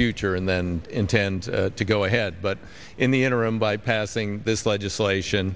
future and then intend to go ahead but in the interim by passing this legislation